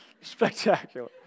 Spectacular